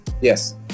Yes